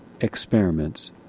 experiments